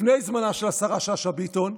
לפני זמנה של השרה שאשא ביטון,